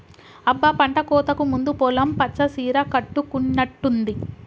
అబ్బ పంటకోతకు ముందు పొలం పచ్చ సీర కట్టుకున్నట్టుంది